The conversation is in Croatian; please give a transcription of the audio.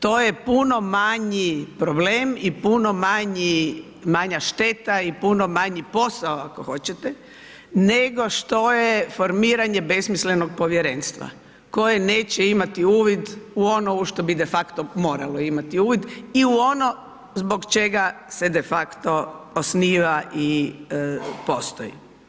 To je puno manji problem i puno manja šteta i puno manji posao ako hoćete nego što je formiranje besmislenog povjerenstva koje neće uvid u ono u što bi de facto moralo imati uvid i u ono zbog čega se de facto osniva i postoji.